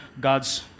God's